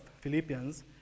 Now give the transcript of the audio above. Philippians